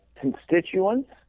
constituents